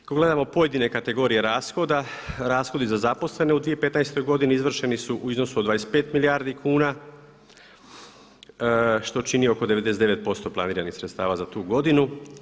Ako gledamo pojedine kategorije rashoda, rashodi za zaposlene u 2015. godini izvršeni su u iznosu od 25 milijardi kuna što čini oko 99% planiranih sredstava za tu godinu.